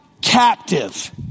captive